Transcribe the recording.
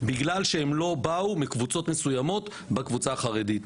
בגלל שהם לא באו מקבוצות מסוימות בחברה החרדית,